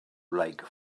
lake